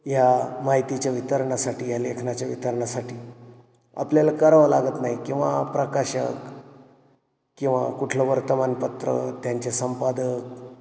या माहितीच्या वितरणासाठी या लेखनाच्या वितरनासाठी आपल्याला करावं लागत नाही किंवा प्रकाशक किंवा कुठलं वर्तमानपत्र त्यांचे संपादक